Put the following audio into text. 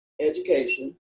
education